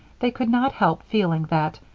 they could not help feeling that,